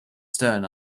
stern